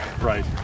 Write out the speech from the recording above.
Right